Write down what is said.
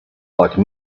like